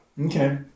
Okay